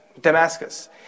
Damascus